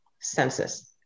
census